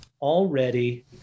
already